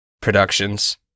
productions